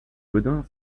gaudin